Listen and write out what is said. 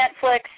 Netflix